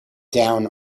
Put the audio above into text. down